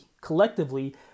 collectively